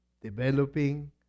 Developing